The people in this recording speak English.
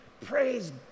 Praise